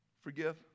forgive